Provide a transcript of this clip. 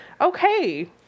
Okay